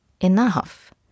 enough